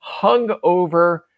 hungover